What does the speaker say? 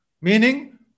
Meaning